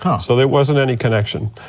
yeah so there wasn't any connection,